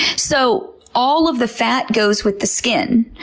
so all of the fat goes with the skin.